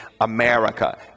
America